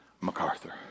MacArthur